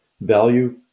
value